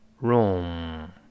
room